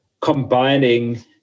combining